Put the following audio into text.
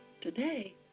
Today